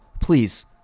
Please